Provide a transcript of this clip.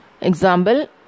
Example